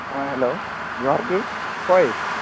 hello ᱡᱚᱜᱟᱨᱜᱮ ᱚᱠᱚᱭ